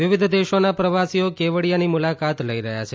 વિવિધ દેશોના પ્રવાસીઓ કેવડીયાની મુલાકાત લઇ રહયાં છે